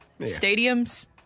Stadiums